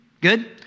Good